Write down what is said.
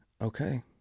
okay